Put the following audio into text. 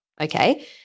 okay